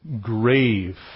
grave